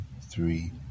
three